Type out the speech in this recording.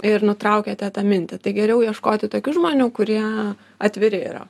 ir nutraukiate tą mintį tai geriau ieškoti tokių žmonių kurie atviri yra